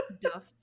Duff